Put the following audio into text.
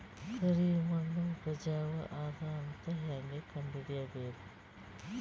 ಕರಿಮಣ್ಣು ಉಪಜಾವು ಅದ ಅಂತ ಹೇಂಗ ಕಂಡುಹಿಡಿಬೇಕು?